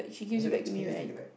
can you just take it back